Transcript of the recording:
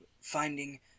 finding